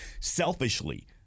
selfishly